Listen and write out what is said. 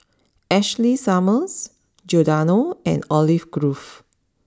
Ashley Summers Giordano and Olive Grove